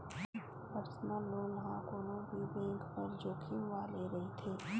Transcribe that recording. personal loan ह कोनो भी बेंक बर जोखिम वाले रहिथे